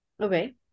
Okay